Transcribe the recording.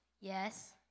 Yes